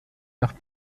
nach